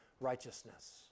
righteousness